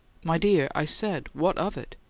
my dear, i said, what of it